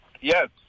Yes